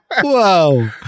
whoa